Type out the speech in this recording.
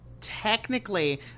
Technically